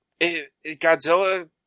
Godzilla